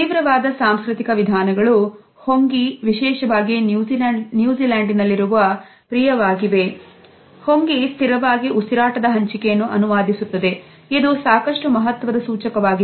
ತೀವ್ರವಾದ ಸಾಂಸ್ಕೃತಿಕ ವಿಧಾನಗಳು Hongi ಸನ್ನೆ ಯಾಗಿದೆ